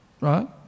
right